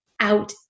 out